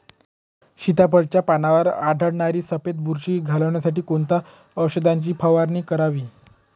सीताफळाचे पानांवर आढळणारी सफेद बुरशी घालवण्यासाठी कोणत्या औषधांची फवारणी करावी?